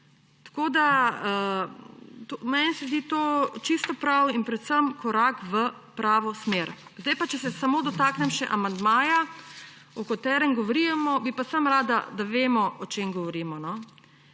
osebami. Meni se zdi to čisto prav in predvsem korak v pravo smer. Če se pa zdaj dotaknem še amandmaja, o katerem govorimo, bi pa samo rada, da vemo, o čem govorimo.